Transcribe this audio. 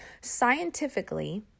Scientifically